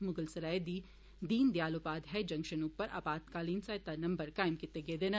मुगल सराय दे दीन दयाल उपाध्याय जॅक्शन उप्पर आपातकालीन सहायता नम्बर कायम कीते गेदे न